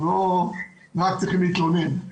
ולא רק להתלונן.